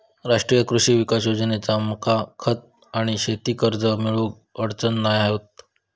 राष्ट्रीय कृषी विकास योजनेतना मका खत आणि शेती कर्ज मिळुक अडचण नाय होत